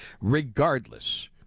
regardless